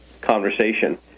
conversation